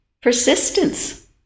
Persistence